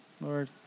Lord